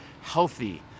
healthy